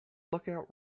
lookout